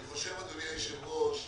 אני חושב, אדוני היושב ראש,